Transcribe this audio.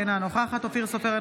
אינה נוכחת אופיר סופר,